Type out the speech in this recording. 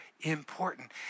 important